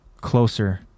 closer